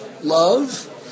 love